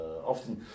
often